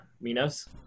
Minos